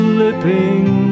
Slipping